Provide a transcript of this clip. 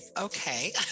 okay